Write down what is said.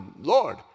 Lord